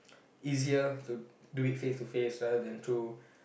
easier to do it face to face rather than through